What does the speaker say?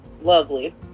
lovely